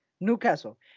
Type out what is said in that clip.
Newcastle